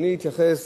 אדוני התייחס,